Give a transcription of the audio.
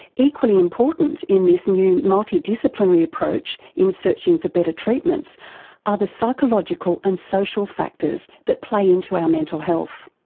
equally important in this new multidisciplinary approach in searching for better treatments are the psychological and social factors that play into our mental health.